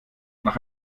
nach